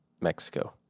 Mexico